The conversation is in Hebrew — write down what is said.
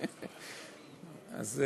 אז,